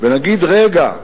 ונגיד: רגע,